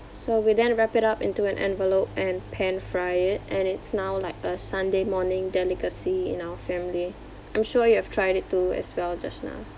so we then wrap it up into an envelope and pan fry it and it's now like a sunday morning delicacy in our family I'm sure you have tried it too as well joshna